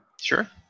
Sure